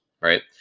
right